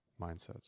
mindsets